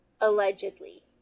allegedly